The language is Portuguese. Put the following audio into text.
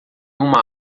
uma